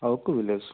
ఓక్కు విలేస్